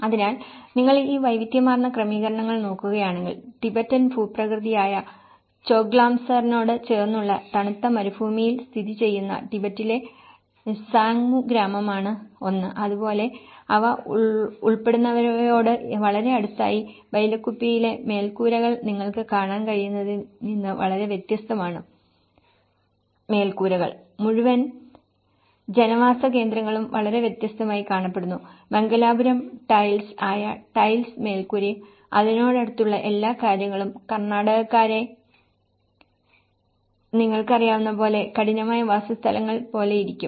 അതിനാൽ നിങ്ങൾ ഈ വൈവിധ്യമാർന്ന ക്രമീകരണങ്ങൾ നോക്കുകയാണെങ്കിൽ ടിബറ്റൻ ഭൂപ്രകൃതിയായ ചോഗ്ലാംസാറിനോട് ചേർന്നുള്ള തണുത്ത മരുഭൂമിയിൽ സ്ഥിതി ചെയ്യുന്ന ടിബറ്റിലെ സാങ്മു ഗ്രാമമാണ് ഒന്ന്അതുപോലെ അവ ഉൾപ്പെടുന്നവയോട് വളരെ അടുത്തായി ബൈലക്കുപ്പയിലെ മേൽക്കൂരകൾ നിങ്ങൾക്ക് കാണാൻ കഴിയുന്നതിൽ നിന്ന് വളരെ വ്യത്യസ്തമാണ് മേൽക്കൂരകൾ മുഴുവൻ ജനവാസ കേന്ദ്രങ്ങളും വളരെ വ്യത്യസ്തമായി കാണപ്പെടുന്നു മംഗലാപുരം ടൈൽസ് ആയ ടൈൽസ് മേൽക്കൂരയും അതിനോടടുത്തുള്ള എല്ലാ കാര്യങ്ങളും കർണാടകക്കാരെ നിങ്ങൾക്ക് അറിയാവുന്ന പോലെ കഠിനമായ വാസസ്ഥലങ്ങൾ പോലെയിരിക്കും